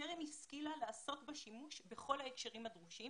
טרם השכילה לעשות בה שימוש בכל ההקשרים הדרושים.